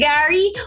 Gary